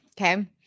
Okay